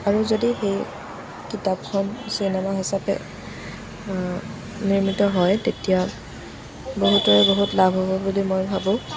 আৰু যদি সেই কিতাপখন চিনেমা হিচাপে নিৰ্মিত হয় তেতিয়া বহুতৰ বহুত লাভ হ'ব বুলি মই ভাবোঁ